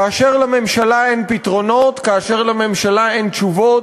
כאשר לממשלה אין פתרונות, כאשר לממשלה אין תשובות,